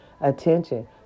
Attention